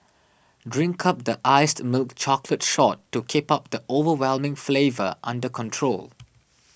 drink up the iced milk chocolate shot to keep the overwhelming flavour under control